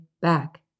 back